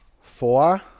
four